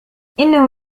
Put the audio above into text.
إنه